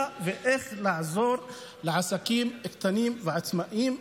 ואיך לעזור לעסקים הקטנים והעצמאיים,